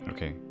Okay